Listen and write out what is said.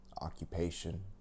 occupation